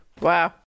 Wow